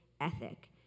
ethic